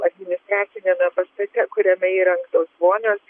administraciniame pastate kuriame įrengtos vonios